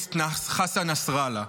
הארכי-טרוריסט חסן נסראללה.